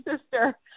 sister